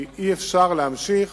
כי אי-אפשר להמשיך,